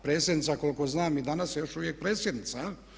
Predsjednica koliko znam i danas je još uvijek predsjednica.